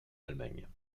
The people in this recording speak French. allemagne